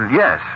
yes